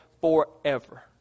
forever